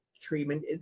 treatment